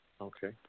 Okay